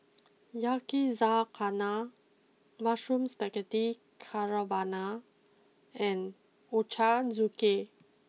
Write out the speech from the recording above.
Yakizakana Mushroom Spaghetti Carbonara and Ochazuke